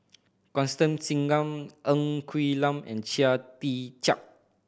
Constance Singam Ng Quee Lam and Chia Tee Chiak